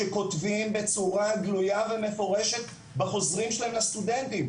שכותבים בצורה גלויה ומפורשת בחוזרים שלהם לסטודנטים,